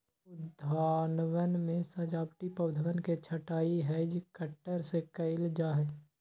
उद्यानवन में सजावटी पौधवन के छँटाई हैज कटर से कइल जाहई